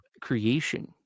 creation